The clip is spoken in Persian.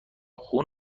خون